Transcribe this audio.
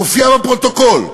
מופיע בפרוטוקול: